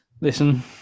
listen